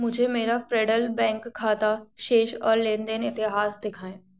मुझे मेरा federal bank खाता शेष और लेन देन इतिहास दिखाएँ